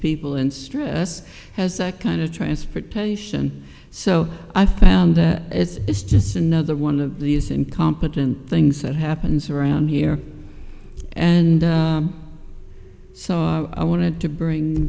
people in stress has a kind of transportation so i found that it's just another one of these incompetent things that happens around here and so i wanted to bring